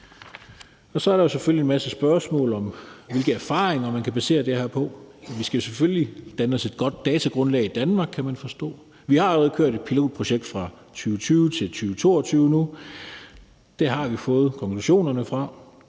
Så er der selvfølgelig en masse spørgsmål om, hvilke erfaringer man kan basere det her på. Vi skal selvfølgelig danne os et godt datagrundlag i Danmark, kan man forstå. Vi har allerede kørt et pilotprojekt fra 2020 til 2022, og det har vi fået konklusionerne af.